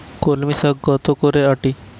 কলমি শাখ কত করে আঁটি?